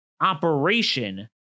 operation